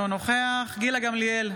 אינו נוכח גילה גמליאל,